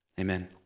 amen